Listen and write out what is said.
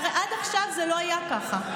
עד עכשיו זה לא היה ככה,